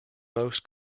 most